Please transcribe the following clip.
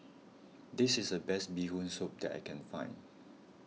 this is the best Bee Hoon Soup that I can find